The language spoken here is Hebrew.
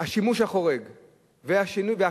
השימוש החורג וההקלות,